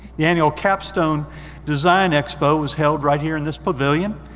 the annual capstone design expo was held right here in this pavilion.